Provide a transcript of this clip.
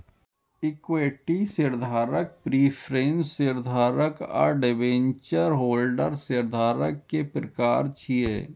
equity शेयरधारक, preference शेयरधारक आ डिवेंचर होल्डर शेयरधारक के प्रकार छियै